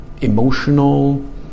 emotional